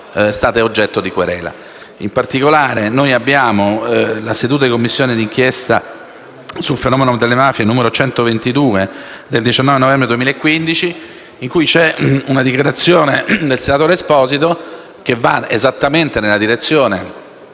In particolare, abbiamo la seduta di Commissione d'inchiesta sul fenomeno delle mafie, la n. 122 del 19 novembre 2015, in cui vi è una dichiarazione del senatore Esposito che va esattamente nella direzione